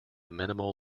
minimal